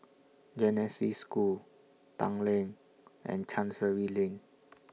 Genesis School Tanglin and Chancery Lane